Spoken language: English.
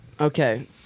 Okay